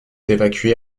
évacués